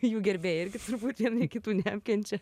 jų gerbėjai irgi turbūt vieni kitų neapkenčia